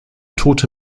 tote